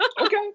Okay